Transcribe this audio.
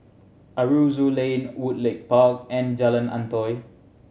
Aroozoo Lane Woodleigh Park and Jalan Antoi